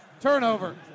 Turnover